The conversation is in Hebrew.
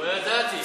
לא ידעתי.